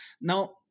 Now